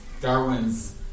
Darwin's